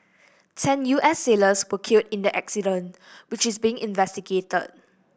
ten U S sailors were killed in the accident which is being investigated